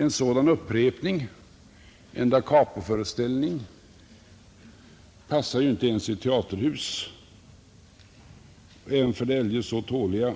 En sådan upprepning eller da capo-föreställning passar inte ens i ett teaterhus. Även för det eljest